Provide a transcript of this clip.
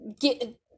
get